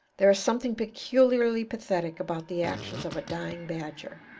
there is something peculiarly pathetic about the actions of a dying badger,